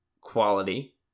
quality